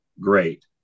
great